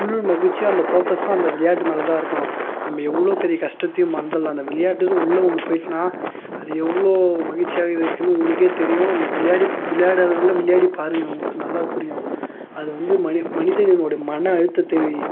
முழு மகிழ்ச்சியாக அந்த ஃபோக்கஸும் அந்த விளையாட்டு மேலதான் இருக்கும் நம்ம எவ்வளோ பெரிய கஷ்டத்தையும் மறந்துடலாம் அந்த விளையாட்டுனு உள்ள ஒன்று போய்ட்டோன்னா அது எவ்வளோ மகிழ்ச்சியாக வைக்குன்னு உங்களுக்கே தெரியும் நீங்கள் விளையாடி விளையாடாதவங்க விளையாடி பாருங்க உங்களுக்கு நல்லா புரியும் அதை வந்து ம மனித இனமோட மன அழுத்தத்தை